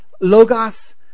Logos